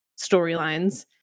storylines